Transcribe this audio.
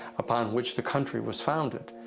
upon which the country was founded.